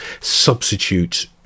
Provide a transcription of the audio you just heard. substitute